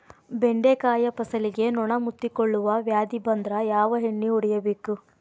ಬೆಂಡೆಕಾಯ ಫಸಲಿಗೆ ನೊಣ ಮುತ್ತಿಕೊಳ್ಳುವ ವ್ಯಾಧಿ ಬಂದ್ರ ಯಾವ ಎಣ್ಣಿ ಹೊಡಿಯಬೇಕು?